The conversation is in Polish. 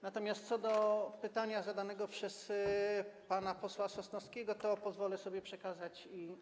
Natomiast co do pytania zadanego przez pana posła Sosnowskiego, to pozwolę sobie przekazać je dalej.